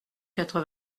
quatre